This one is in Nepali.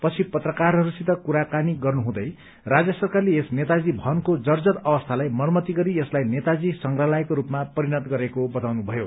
पछि पत्रकारहरूसित कुराकानी गर्नुहुँदै राज्य सरकारले यस नेताजी भवनको जर्जर अवस्थाताई मरम्मती गरी यसलाई नेताजी संग्रहालयको रूपमा परिणत गरेको बताउनु भयो